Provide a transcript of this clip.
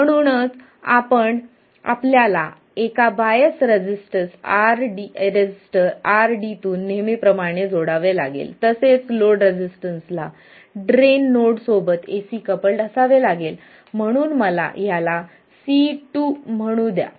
म्हणून आपल्याला एका बाएस रेझिस्टर RD तून नेहमीप्रमाणे जोडावे लागेल तसेच लोड रेसिस्टन्स ला ड्रेन नोड सोबत एसी कपल्ड असावे लागेल म्हणून मला याला C2 म्हणू द्या